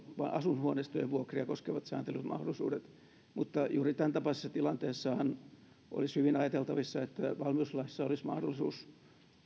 asuinhuoneistojen vuokria koskevat sääntelymahdollisuudet mutta juuri tämäntapaisessa tilanteessahan olisi hyvin ajateltavissa että valmiuslaissa olisi mahdollisuus